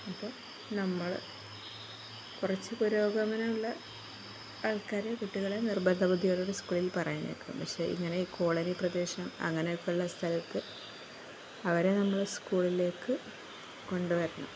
അപ്പോള് നമ്മള് കുറച്ചു പുരോഗമനമുള്ള ആൾക്കാര് കുട്ടികളെ നിർബന്ധ ബുദ്ധിയോടെ സ്കൂളിൽ പറഞ്ഞയയ്ക്കും പക്ഷേ ഇങ്ങനെ ഈ കോളനി പ്രദേശം അങ്ങനെയൊക്കെയുള്ള സ്ഥലത്ത് അവരെ നമ്മള് സ്കൂളിലേക്കു കൊണ്ടുവരണം